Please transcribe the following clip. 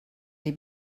les